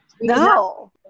no